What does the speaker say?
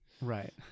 right